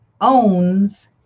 owns